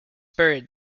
buried